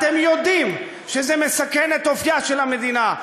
אתם יודעים שזה מסכן את אופייה של המדינה,